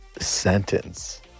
sentence